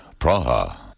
Praha